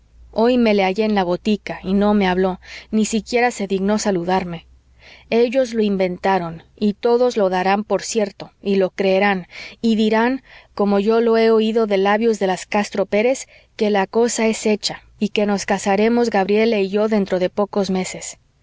hoy me le hallé en la botica y no me habló ni siquiera se dignó saludarme ellos lo inventaron y todos lo darán por cierto y lo creerán y dirán como yo lo he oído de labios de las castro pérez que la cosa es hecha y que nos casaremos gabriela y yo dentro de pocos meses